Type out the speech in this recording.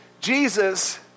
Jesus